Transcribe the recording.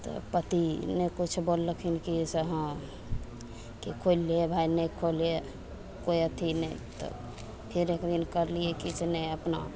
तऽ पति नहि किछु बोललखिन की से हँ की खइले भाय नहि खाइले कोइ अथी नहि तऽ फेर एक दिन करलियै की जे नहि अपना